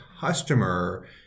customer